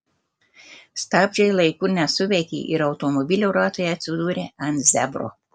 stabdžiai laiku nesuveikė ir automobilio ratai atsidūrė ant zebro